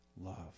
love